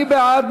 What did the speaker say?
מי בעד?